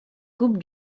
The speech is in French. coupe